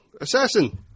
Assassin